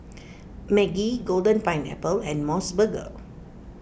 Maggi Golden Pineapple and Mos Burger